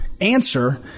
answer